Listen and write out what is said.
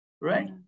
right